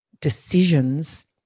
decisions